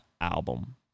album